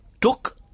took